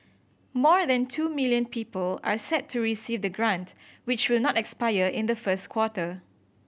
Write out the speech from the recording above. more than two million people are set to receive the grant which will not expire in the first quarter